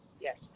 yes